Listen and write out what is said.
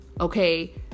Okay